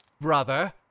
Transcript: brother